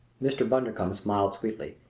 mr. bundercombe smiled sweetly.